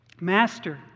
Master